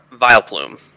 Vileplume